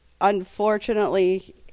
unfortunately